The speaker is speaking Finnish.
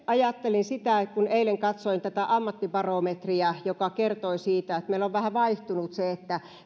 ajattelin sitä kun eilen katsoin tätä ammattibarometriä joka kertoi siitä että meillä on vähän vaihtunut se